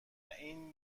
این